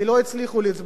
כי הם לא הצליחו לצבור.